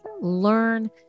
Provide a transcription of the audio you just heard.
learn